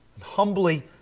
Humbly